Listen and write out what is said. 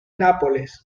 nápoles